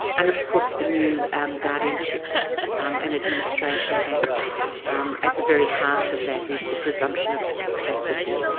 and of course, the new and guardianship um and administration act at the very heart of that is the presumption of capacity,